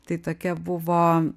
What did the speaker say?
tai tokia buvo